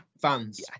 Fans